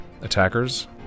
attackers